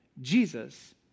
Jesus